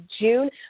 June